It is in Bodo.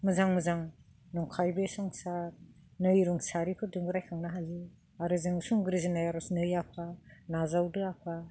मोजां मोजां नंखाय बे संसार नै रुंसारिफोर दोबो रायखांनो हायो आरो जों सोरजिनाय नै आफा नाजावदो आफा